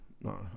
No